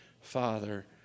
father